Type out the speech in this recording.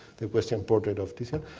the equestrian portrait of titian,